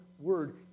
word